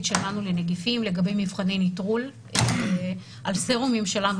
שלנו לנגיפים לגבי מבחני נטרול על סרומים שלנו,